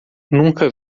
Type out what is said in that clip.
nunca